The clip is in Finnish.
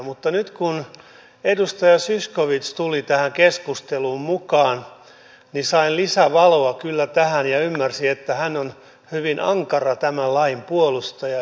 mutta nyt kun edustaja zyskowicz tuli tähän keskusteluun mukaan sain lisävaloa kyllä tähän ja ymmärsin että hän on hyvin ankara tämän lain puolustaja